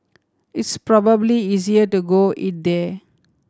it's probably easier to go eat there